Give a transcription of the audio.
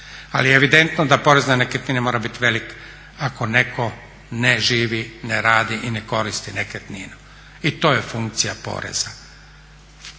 ali evidentno da porez na nekretnine mora biti velik ako netko ne živi, ne radi i ne koristi nekretninu i to je funkcija poreza.